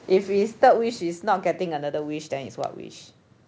if it's third wish is not getting another wish then it's what wish